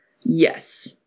Yes